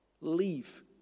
Leave